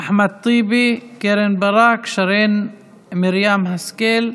אחמד טיבי, קרן ברק, שרן מרים השכל,